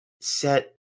set